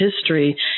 history